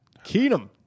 Keenum